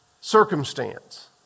circumstance